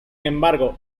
embargo